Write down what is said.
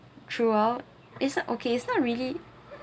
throughout is that okay it's not really